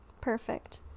Perfect